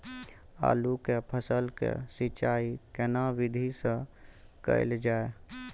आलू के फसल के सिंचाई केना विधी स कैल जाए?